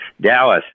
Dallas